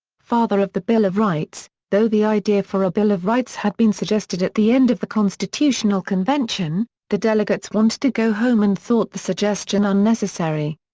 father of the bill of rights though the idea for a bill of rights had been suggested at the end of the constitutional convention, the delegates wanted to go home and thought the suggestion unnecessary.